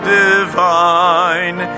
divine